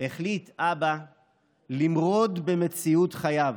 החליט אבא למרוד במציאות חייו.